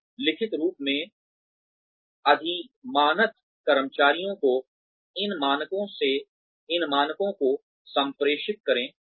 फिर लिखित रूप में अधिमानतः कर्मचारियों को इन मानकों को संप्रेषित करें